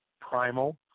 Primal